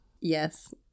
Yes